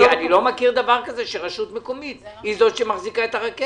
אני לא מכיר דבר כזה שרשות מקומית היא זאת שמחזיקה את הרכבת.